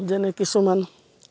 যেনে কিছুমান